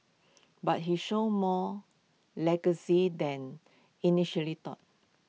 but he showed more legacy than initially thought